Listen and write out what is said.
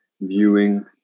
viewing